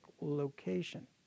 location